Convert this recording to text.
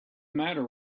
matter